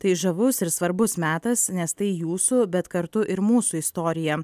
tai žavus ir svarbus metas nes tai jūsų bet kartu ir mūsų istorija